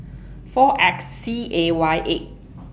four X C A Y eight